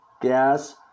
gas